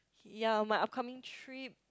ya my upcoming trip